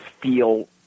feel